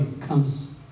comes